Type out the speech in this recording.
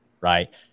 right